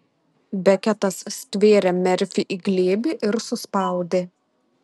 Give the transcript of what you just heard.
beketas stvėrė merfį į glėbį ir suspaudė